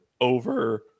over